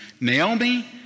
Naomi